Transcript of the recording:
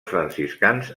franciscans